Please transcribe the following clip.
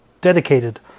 dedicated